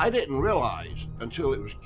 i didn't realize until it was